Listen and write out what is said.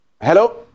hello